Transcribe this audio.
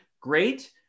Great